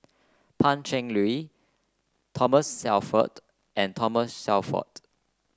Pan Cheng Lui Thomas Shelford and Thomas Shelford